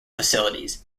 facilities